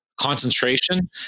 concentration